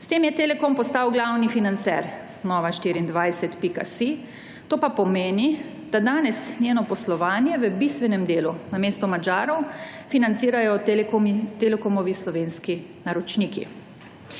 S tem je Telekom postal glavni financer Nova24.si, to pa pomeni, da danes njeno poslovanje v bistvenem delu, namesto Madžarov, financirajo Telekomovi slovenski naročniki.